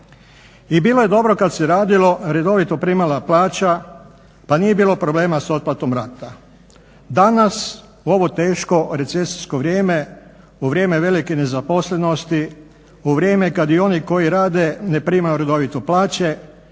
I bilo je dobro kada se radilo redovito primala plaća pa nije bilo problema s otplatom rata. Danas u ovo teško recesijsko vrijeme u vrijeme velike nezaposlenosti u vrijeme kada i oni koji rade ne primaju redovito plaće,